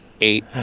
eight